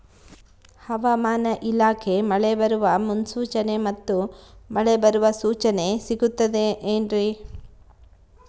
ಹವಮಾನ ಇಲಾಖೆ ಮಳೆ ಬರುವ ಮುನ್ಸೂಚನೆ ಮತ್ತು ಮಳೆ ಬರುವ ಸೂಚನೆ ಸಿಗುತ್ತದೆ ಏನ್ರಿ?